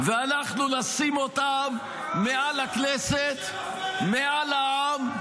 ואנחנו נשים אותם מעל הכנסת, מעל העם,